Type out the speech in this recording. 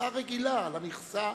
הצעה רגילה למכסה,